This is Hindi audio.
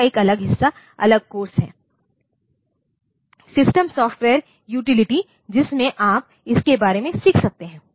यह एक अलग हिस्सा अलग कोर्स है सिस्टम सॉफ्टवेयर यूटिलिटीज़ जिसमें आप इसके बारे में सीख सकते हैं